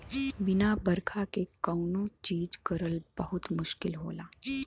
बिना बरखा क कौनो चीज करल बहुत मुस्किल होला